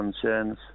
concerns